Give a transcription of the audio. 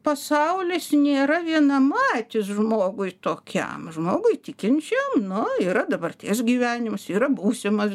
pasaulis nėra vienamatis žmogui tokiam žmogui tikinčiam nu yra dabarties gyvenimas yra būsimas